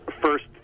first